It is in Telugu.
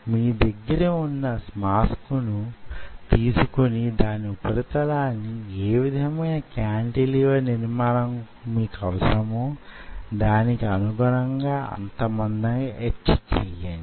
మి దగ్గర వున్న మాస్క్ ను తీసుకొని దాని ఉపరితలాన్ని ఏ విధమైన కాంటిలివర్ నిర్మాణం మీకవసరమో దానికి అనుగుణంగా అంత మందంగా ఎచ్ చేయండి